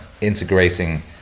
integrating